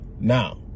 Now